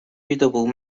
readable